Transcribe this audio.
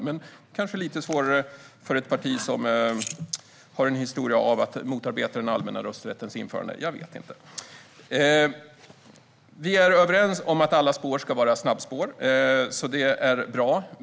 Men det kanske är lite svårare för ett parti som har en historia av att motarbeta den allmänna rösträttens införande - jag vet inte. Vi är överens om att alla spår ska vara snabbspår - det är bra.